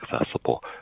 accessible